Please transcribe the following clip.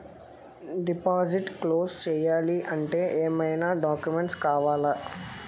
Deposit close చేయాలి అంటే ఏమైనా డాక్యుమెంట్స్ కావాలా?